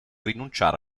rinunciare